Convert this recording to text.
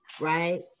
right